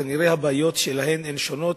כנראה הבעיות שלהם הן שונות,